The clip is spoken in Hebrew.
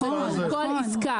כל עסקה.